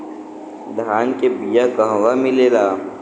धान के बिया कहवा मिलेला?